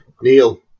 Neil